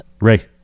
Ray